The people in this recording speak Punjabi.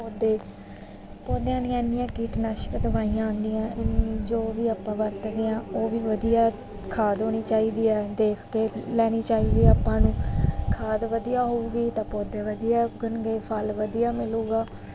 ਪੌਦੇ ਪੌਦਿਆਂ ਦੀਆਂ ਇੰਨੀਆਂ ਕੀਟਨਾਸ਼ਕ ਦਵਾਈਆਂ ਆਉਂਦੀਆਂ ਜੋ ਵੀ ਆਪਾਂ ਵਰਤਦੇ ਹਾਂ ਉਹ ਵੀ ਵਧੀਆ ਖਾਦ ਹੋਣੀ ਚਾਹੀਦੀ ਹੈ ਦੇਖ ਕੇ ਲੈਣੀ ਚਾਹੀਦੀ ਆਪਾਂ ਨੂੰ ਖਾਦ ਵਧੀਆ ਹੋਊਗੀ ਤਾਂ ਪੌਦੇ ਵਧੀਆ ਉਗਣਗੇ ਫਲ ਵਧੀਆ ਮਿਲੂਗਾ